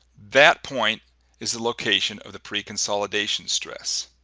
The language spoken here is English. that point is the location of the preconsolidation stress.